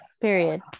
period